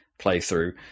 playthrough